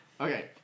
Okay